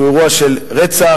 שהוא אירוע של רצח,